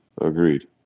Agreed